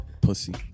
pussy